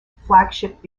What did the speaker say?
flagship